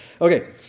Okay